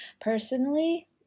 personally